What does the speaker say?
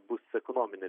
bus ekonominė